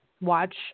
watch